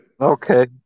Okay